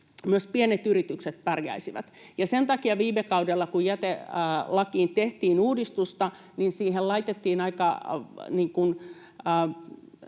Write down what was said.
myös pienet yritykset pärjäisivät. Sen takia viime kaudella, kun jätelakiin tehtiin uudistusta, siihen laitettiin aika